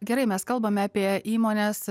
gerai mes kalbame apie įmones